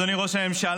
אדוני ראש הממשלה,